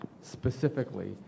specifically